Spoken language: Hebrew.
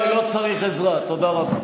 אני לא צריך עזרה, תודה רבה.